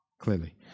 clearly